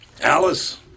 Alice